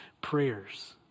prayers